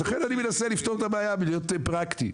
לכן אני מנסה לפתור את הבעיה בלהיות פרקטי.